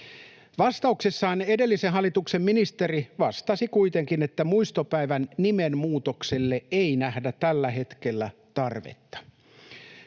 Vastauksessaan edellisen hallituksen ministeri vastasi kuitenkin, että muistopäivän nimen muutokselle ei nähdä tällä hetkellä tarvetta.